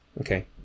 Okay